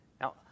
Now